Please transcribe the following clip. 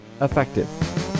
effective